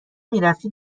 میرفتی